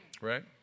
Right